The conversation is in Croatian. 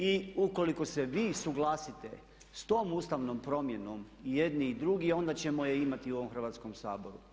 I ukoliko se vi suglasite s tom ustavnom promjenom i jedni i drugi onda ćemo je imati u ovom Hrvatskom saboru.